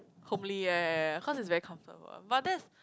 homely ya ya ya ya cause it's very comfortable but that's